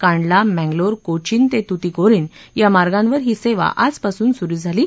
कांडला मँगलोर कोचिन ते तुतीकोरीन या मार्गावर ही सेवा आजपासून सुरु झाली आहे